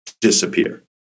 disappear